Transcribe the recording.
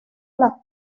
las